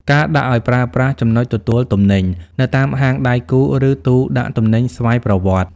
ការដាក់ឱ្យប្រើប្រាស់ចំណុចទទួលទំនិញ នៅតាមហាងដៃគូ ឬទូដាក់ទំនិញស្វ័យប្រវត្តិ ។